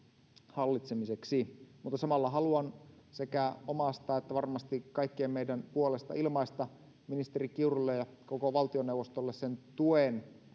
hallitsemiseksi samalla haluan sekä omasta että varmasti kaikkien meidän puolesta ilmaista ministeri kiurulle ja koko valtioneuvostolle sen tuen